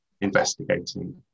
investigating